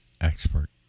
expert